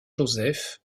joseph